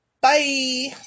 Bye